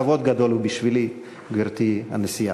כבוד גדול הוא בשבילי, גברתי הנשיאה.